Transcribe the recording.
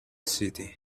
city